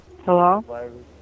Hello